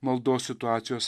maldos situacijos